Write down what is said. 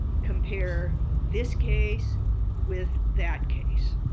compare this case with that case.